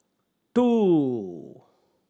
two